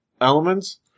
elements